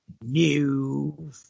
New